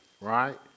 right